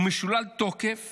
הוא משולל תוקף